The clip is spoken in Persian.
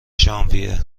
ژانویه